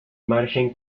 margen